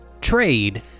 trade